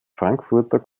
frankfurter